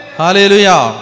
hallelujah